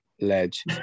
Ledge